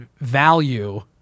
value